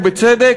ובצדק,